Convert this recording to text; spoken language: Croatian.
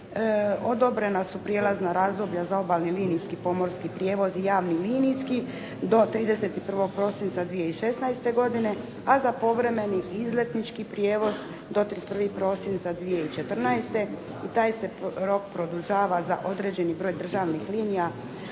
Odobrena su prijelazna razdoblja za obalni linijski pomorski prijevoz i javni linijski do 31. prosinca 2016., a za povremeni izletnički prijevoz do 31. prosinca 2014. i taj se rok produžava za određeni broj državnih linija